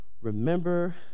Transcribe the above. remember